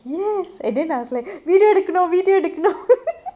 yes and then I was like video எடுக்கனு:edukanu video எடுக்கனு:edukanu